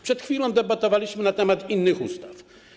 Przed chwilą debatowaliśmy na temat innych ustaw.